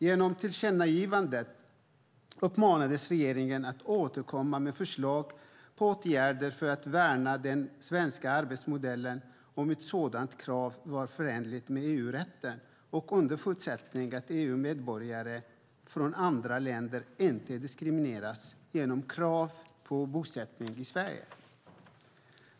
Genom tillkännagivandet uppmanades regeringen att återkomma med förslag på åtgärder för att värna den svenska arbetsmodellen om ett sådant krav var förenligt med EU-rätten och under förutsättning att EU-medborgare från andra länder inte diskrimineras genom krav på bosättning i Sverige.